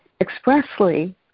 expressly